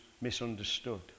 misunderstood